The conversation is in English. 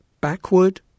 backward